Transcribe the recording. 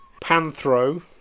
Panthro